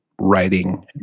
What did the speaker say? writing